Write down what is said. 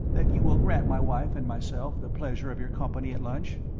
that you will grant my wife and myself the pleasure of your company at lunch?